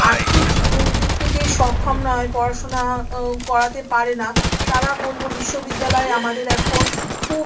আর্থিক দিক থেকে সক্ষম নয় পড়াশুনা করাতে পারে না তারা বলবো বিশ্ববিদ্যালয় আমাদের এখন খুব